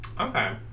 okay